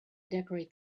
decorate